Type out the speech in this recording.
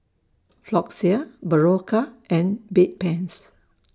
Floxia Berocca and Bedpans